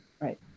Right